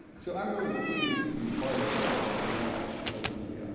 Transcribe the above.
so i'm really pleased to be part of this launch of the